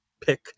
pick